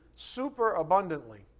superabundantly